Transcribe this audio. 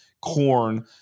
corn